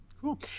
Cool